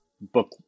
book